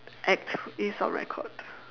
act is on record